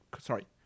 sorry